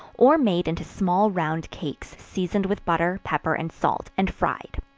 or made into small round cakes, seasoned with butter, pepper and salt, and fried.